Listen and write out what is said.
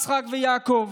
יצחק ויעקב,